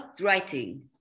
writing